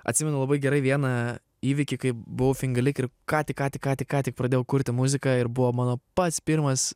atsimenu labai gerai vieną įvykį kaip buvau finga lyg ir ką tik ką tik ką tik ką tik pradėjau kurti muziką ir buvo mano pats pirmas